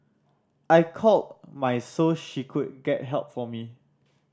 I called my so she could get help for me